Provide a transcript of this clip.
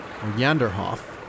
Yanderhof